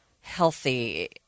healthy